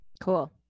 Cool